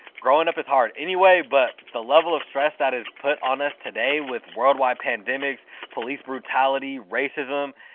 growing up is hard anyway but the level of stress that is put on us today with worldwide pandemics, police brutality, racism.